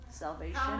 Salvation